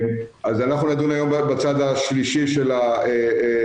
אנחנו נדון היום רק בצד השלישי של המשוואה,